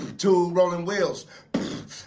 two rolling wheels